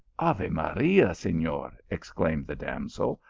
ave maria! sefior! exclaimed the damsel,